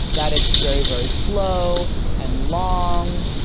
that it's very very slow and long,